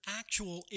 actual